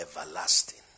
everlasting